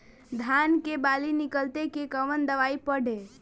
धान के बाली निकलते के कवन दवाई पढ़े?